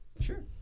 Sure